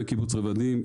בקיבוץ רבדים,